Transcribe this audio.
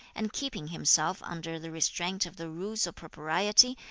and keeping himself under the restraint of the rules of propriety,